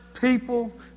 people